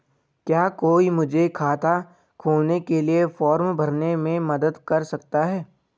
क्या कोई मुझे खाता खोलने के लिए फॉर्म भरने में मदद कर सकता है?